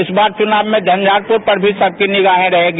इस बार के चुनाव में झंझारपुर पर भी सबकी निगाहें रहेंगी